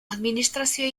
administrazioa